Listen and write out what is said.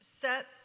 set